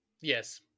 Yes